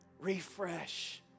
Refresh